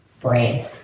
brain